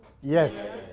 Yes